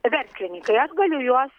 verslininkai aš galiu juos